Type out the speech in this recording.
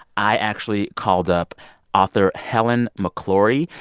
i actually called up author helen mcclory.